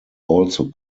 also